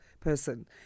person